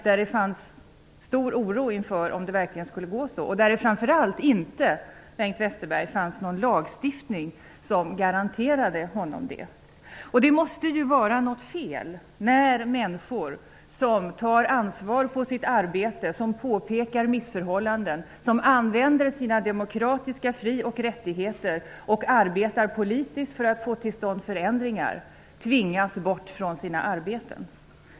Det fanns stor oro inför om det verkligen skulle gå så. Framför allt fanns det inte någon lagstiftning som garanterade honom det. Det måste vara något fel när människor som tar ansvar på sitt arbete, påpekar missförhållanden, använder sina demokratiska fri och rättigheter och arbetar politiskt för att få till stånd förändringar tvingas bort från sina arbeten.